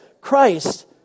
Christ